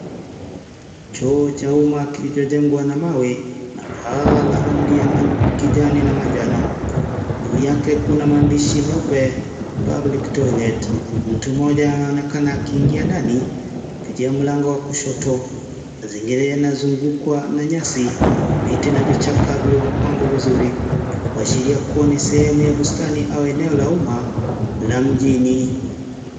Choo cha uma kilichojengwa na mawe na paa la rangi ya kijani na manjano juu yake kuna maandishi meupe public toilet , mtu mmoja anaonekana akiingia ndani kupitia mlango wa kushoto . Mazingira yanazungukwa na nyasi, miti na vichaka vilivyopangwa vizuri kuashiria kuwa ni sehemu ya bustani au eneo la uma la mjini.